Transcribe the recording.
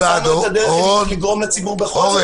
מצאנו את הדרך איך לגרום לציבור בכל זאת